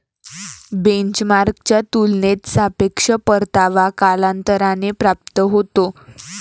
बेंचमार्कच्या तुलनेत सापेक्ष परतावा कालांतराने प्राप्त होतो